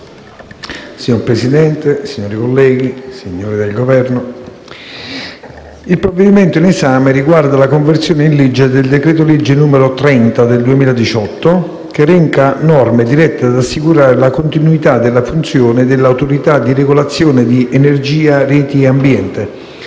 Signor Presidente, onorevoli colleghi, signor rappresentante del Governo, il provvedimento in esame riguarda la conversione in legge del decreto-legge n. 30 del 2018, che reca norme dirette ad assicurare la continuità delle funzioni dell'Autorità di regolazione per energia reti e ambiente,